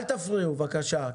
אל תפריעו, בבקשה.